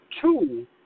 two